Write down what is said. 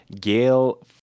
Gail